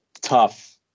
tough